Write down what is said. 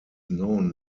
known